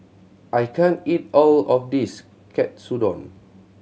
I can't eat all of this Katsudon